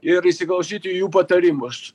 ir įsiklausyti į jų patarimus